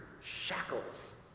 shackles